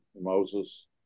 Moses